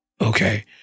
okay